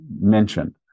mentioned